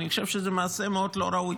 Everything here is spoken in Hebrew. אני חושב שזה מעשה מאוד לא ראוי.